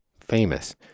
famous